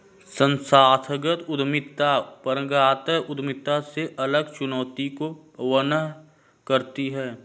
संस्थागत उद्यमिता परंपरागत उद्यमिता से अलग चुनौतियों का वहन करती है